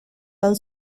tan